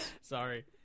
Sorry